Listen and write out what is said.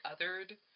othered